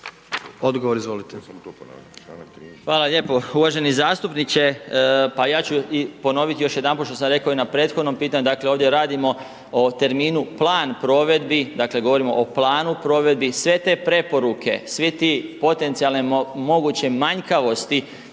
Zdravko** Hvala lijepo, uvaženi zastupniče, pa ja ću i ponovit još jedanput što sam rekao i na prethodnom pitanju, dakle ovdje radimo o terminu plan provedbi, dakle govorimo o planu provedbu, sve te preporuke, svi ti potencijalne moguće manjkavosti